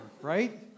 right